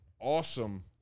Awesome